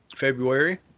February